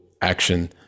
action